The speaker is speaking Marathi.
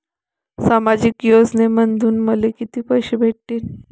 सामाजिक योजनेमंधून मले कितीक पैसे भेटतीनं?